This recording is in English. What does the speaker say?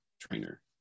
trainer